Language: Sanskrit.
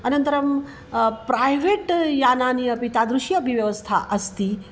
अनन्तरं प्रैवेट् यानानि अपि तादृशी अपि व्यवस्था अस्ति